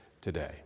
today